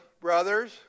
brothers